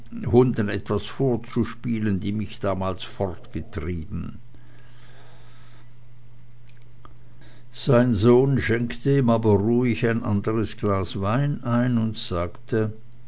hunden etwas vorzuspielen die mich damals fortgetrieben sein sohn schenkte ihm aber ruhig ein anderes glas wein ein und sagte